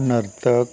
नर्तक